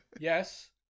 Yes